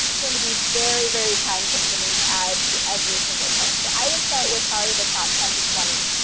it's going to be very, very time consuming to add to every single post. so i would start with probably the top ten to twenty.